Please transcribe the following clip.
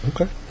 Okay